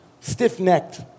Stiff-necked